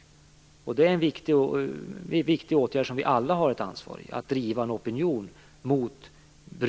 Att vända opinionen mot bruket av svartsprit är en viktig åtgärd som vi alla har ett ansvar för.